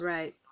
Right